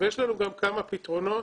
אבל יש לנו גם כמה פתרונות